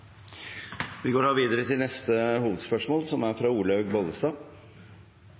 Vi går videre til neste hovedspørsmål. Det er